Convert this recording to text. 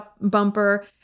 bumper